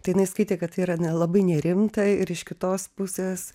tai jinai skaitė kad tai yra nelabai nerimta ir iš kitos pusės